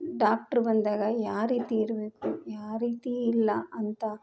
doctor ಬಂದಾಗ ಯಾವ ರೀತಿ ಇರಬೇಕು ಯಾವ ರೀತಿ ಇಲ್ಲ ಅಂತ